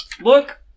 Look